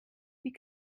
die